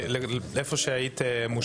אני רוצה לדבר על המענים.